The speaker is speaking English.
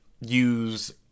use